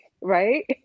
Right